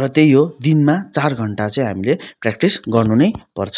र त्यही हो दिनमा चार घण्टा चाहिँ हामीले प्र्याक्टिस गर्नु नै पर्छ